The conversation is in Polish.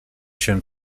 się